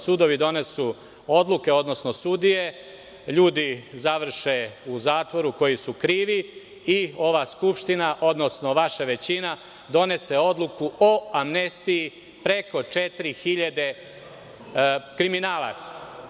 Sudovi donesu odluke, odnosno sudije, ljudi završe u zatvoru, koji su krivi, i ova Skupština odnosno vaša većina donese odluku o amnestiji preko 4.000 kriminalaca.